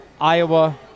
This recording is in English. Iowa